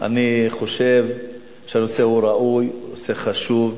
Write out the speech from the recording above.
אני חושב שהנושא הוא ראוי, נושא חשוב,